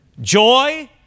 Joy